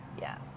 Yes